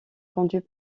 vendus